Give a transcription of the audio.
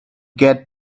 get